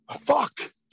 fuck